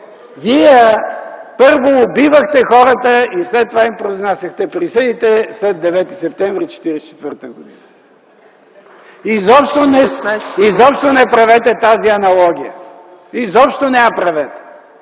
Вие първо убивахте хората, а след това им произнасяхте присъдите след 9 септември 1944 г. Изобщо не правете тази аналогия. Изобщо не я правете,